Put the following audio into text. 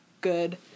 good